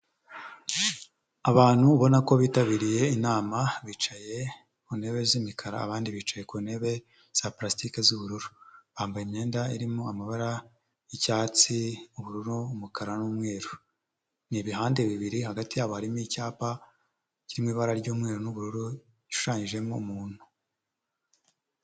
Abantu ubona ko bitabiriye inama bicaye ku ntebe z'imikara abandi bicaye ku ntebe za pulasitiki z'ubururu. Bambaye imyenda irimo amabara y'icyatsi, ubururu, umukara n'umweru. Ni ibihande bibiri hagati yabo harimo icyapa kirimo ibara ry'umweru n'ubururu gishushanyijemo umuntu.